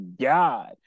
God